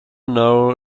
know